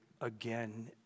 again